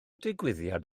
digwyddiad